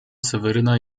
seweryna